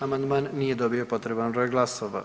Amandman nije dobio potreban broj glasova.